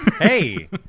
Hey